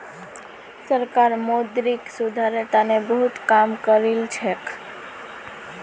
सरकार मौद्रिक सुधारेर तने बहुत काम करिलछेक